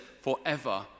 forever